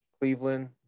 Cleveland